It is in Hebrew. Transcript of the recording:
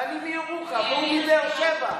מקריית שמונה, ואני מירוחם והוא מבאר שבע,